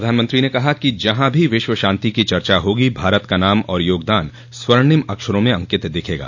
प्रधानमंत्री ने कहा कि जहां भी विश्व शांति की चर्चा होगी भारत का नाम और योगदान स्वर्णिम अक्षरों में अंकित दिखेगा